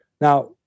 Now